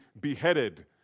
beheaded